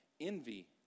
Envy